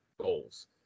goals